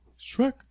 Shrek